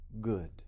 good